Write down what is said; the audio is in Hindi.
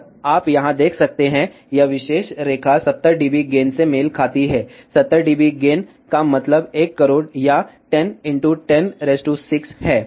और आप यहाँ देखते हैं यह विशेष रेखा 70 डीबी गेन से मेल खाती है 70 डीबी गेन का मतलब 1 करोड़ या 10 106 है